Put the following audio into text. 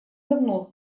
давно